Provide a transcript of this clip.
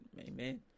Amen